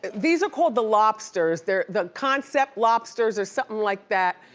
these are called the lobsters. they're the concept lobsters or somethin' like that.